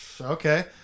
Okay